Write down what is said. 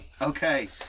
Okay